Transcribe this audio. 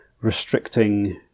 restricting